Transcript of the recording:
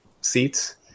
seats